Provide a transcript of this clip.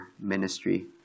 ministry